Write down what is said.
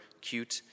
cute